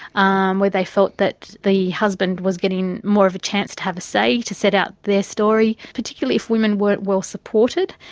um where they felt that the husband was getting more of a chance to have a say, to set out their story, particularly if women weren't well supported,